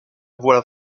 voix